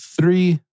three